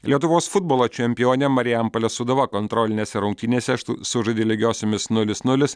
lietuvos futbolo čempionė marijampolės sūduva kontrolinėse rungtynėse sužaidė lygiosiomis nulis nulis